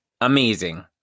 Amazing